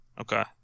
Okay